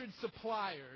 suppliers